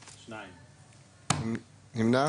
נמנע?